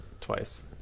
twice